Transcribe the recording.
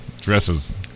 dresses